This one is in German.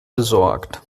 besorgt